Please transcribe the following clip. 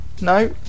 No